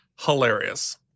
hilarious